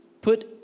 put